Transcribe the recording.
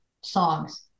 songs